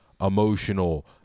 emotional